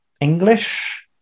English